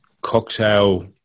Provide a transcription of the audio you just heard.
Cocktail